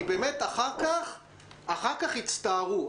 כי אחרת אחר כך יצטערו,